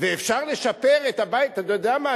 ואפשר לשפר את הבית: אתה יודע מה?